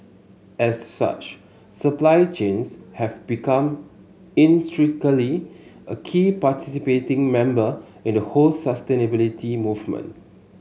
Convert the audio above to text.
as such supply chains have become intrinsically a key participating member in the whole sustainability movement